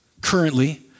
currently